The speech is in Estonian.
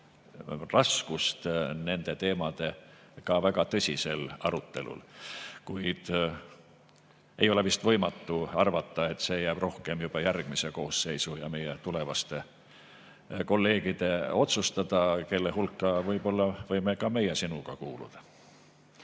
raskust nende teemade ka väga tõsisel arutelul. Kuid ei ole vist võimatu arvata, et see jääb otsustamiseks juba järgmisele koosseisule, meie tulevastele kolleegidele, kelle hulka võime ka meie sinuga kuuluda.